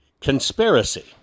conspiracy